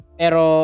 pero